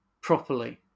properly